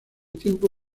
tiempo